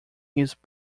his